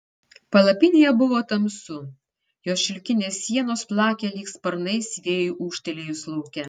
palapinėje buvo tamsu jos šilkinės sienos plakė lyg sparnais vėjui ūžtelėjus lauke